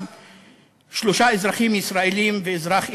שלושה אזרחים ישראלים ואזרח איראני.